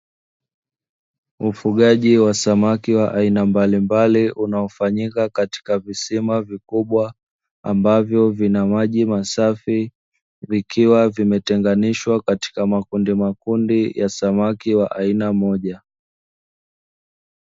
Ufugaji wa samaki wa aina mbalimbali unaofanyika katika visima vikubwa ambavyo vina maji masafi, vikiwa vimetenganishwa katika makundi makundi ya samaki wa aina moja.